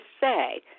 say